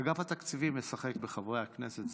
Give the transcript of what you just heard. אגף התקציבים משחק בחברי הכנסת.